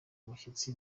umushyitsi